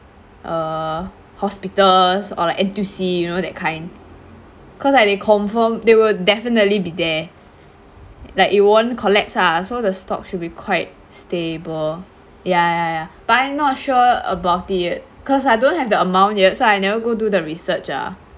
err hospitals or like N_T_U_C you know that kind cause like they confirm they will definitely be there like it won't collapse ah so the stocks should be quite stable ya ya ya but I not sure about it cause I don't have the amount yet so I never go do the research ah